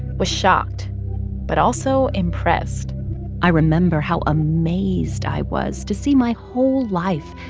was shocked but also impressed i remember how amazed i was to see my whole life,